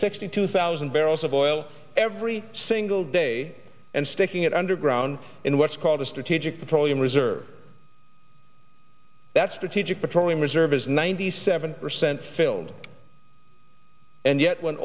sixty two thousand barrels of oil every single day and sticking it underground in what's called the strategic petroleum reserve that's strategic petroleum reserve is ninety seven percent filled and yet when